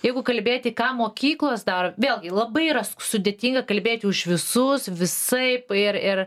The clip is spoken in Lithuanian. jeigu kalbėti ką mokyklos dar vėlgi labai yra s sudėtinga kalbėti už visus visaip ir ir